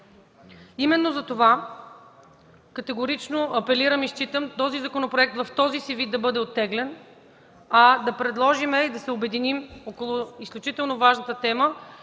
Именно затова категорично апелирам и считам този законопроект в този си вид да бъде оттеглен, а да предложим и да се обединим около изключително важната тема